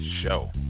show